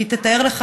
כי תתאר לך,